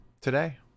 today